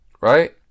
Right